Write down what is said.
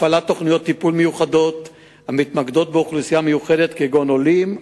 הפעלת תוכניות טיפול מיוחדות המתמקדות באוכלוסייה מיוחדת כגון עולים,